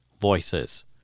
voices